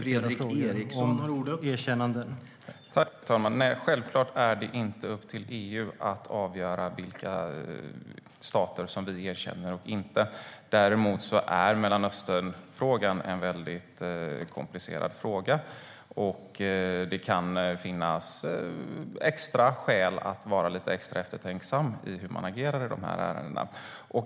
Herr talman! Nej, självklart är det inte upp till EU att avgöra vilka stater vi erkänner och inte erkänner. Mellanösternfrågan är dock en komplicerad fråga, och det kan finnas skäl att vara lite extra eftertänksam i hur man agerar i dessa ärenden.